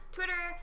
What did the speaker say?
Twitter